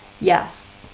Yes